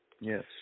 Yes